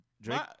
Drake